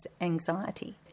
anxiety